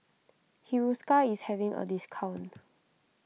Hiruscar is having a discount